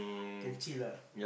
can chill ah